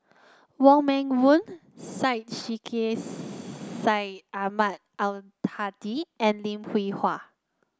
Wong Meng Voon Syed Sheikh Syed Ahmad Al Hadi and Lim Hwee Hua